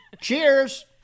Cheers